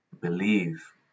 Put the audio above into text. believe